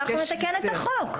אנחנו נתקן את החוק,